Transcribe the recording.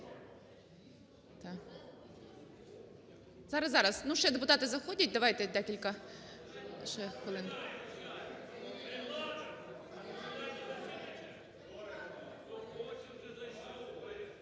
Зараз, зараз. Ну, ще депутати заходять. Давайте декілька ще хвилин.